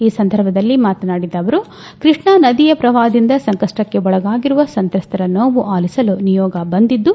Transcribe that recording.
ಈ ಸಂದರ್ಭದಲ್ಲಿ ಮಾತನಾಡಿದ ಅವರು ಕೃಷ್ಣಾ ನದಿಯ ಪ್ರವಾಹದಿಂದ ಸಂಕಷ್ಣಕ್ಷೆ ಒಳಗಾಗಿರುವ ಸಂತ್ರಸ್ತರ ನೋವು ಆಲಿಸಲು ನಿಯೋಗ ಬಂದಿದ್ದು